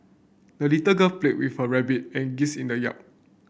the little girl played with her rabbit and geese in the yard